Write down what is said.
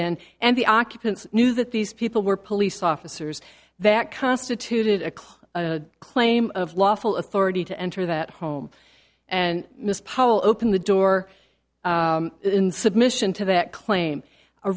in and the occupants knew that these people were police officers that constituted a cop a claim of lawful authority to enter that home and miss pole open the door in submission to that claim a